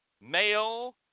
male